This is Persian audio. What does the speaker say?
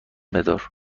بدار